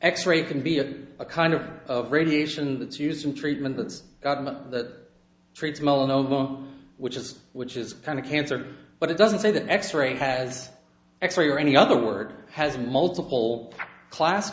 x ray can be a kind of of radiation that's used in treatments that treats melanoma which is which is kind of cancer but it doesn't say the x ray has x ray or any other word has multiple class